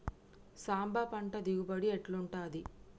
సాంబ పంట దిగుబడి ఎట్లుంటది?